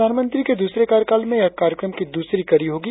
प्रधानमंत्री के द्रसरे कार्यकाल में यह कार्यक्रम की द्रसरी कड़ी होगी